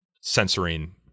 censoring